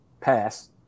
pass